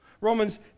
Romans